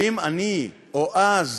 האם אני, או-אז,